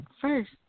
first